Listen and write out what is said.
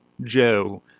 Joe